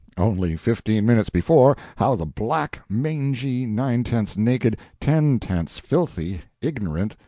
only fifteen minutes before how the black, mangy, nine-tenths naked, ten-tenths filthy, ignorant,